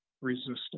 resistance